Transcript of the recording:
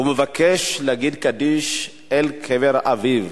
והוא מבקש להגיד קדיש על קבר אביו.